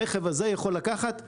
הרכב הזה יכול לקחת 57,